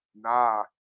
Nah